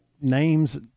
names